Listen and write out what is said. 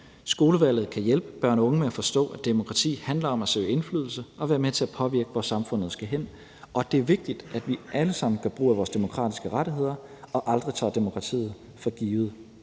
Skolevalget kan hjælpe børn og unge med at forstå, at demokrati handler om at søge indflydelse og være med til at påvirke, hvor samfundet skal hen, og det er vigtigt, at vi alle sammen gør brug af vores demokratiske rettigheder og aldrig tager demokratiet for givet.